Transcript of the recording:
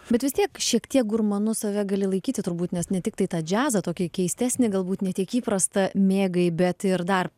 bet vis tiek šiek tiek gurmanu save gali laikyti turbūt nes ne tiktai tą džiazą tokį keistesni galbūt ne tiek įprasta mėgai bet ir dar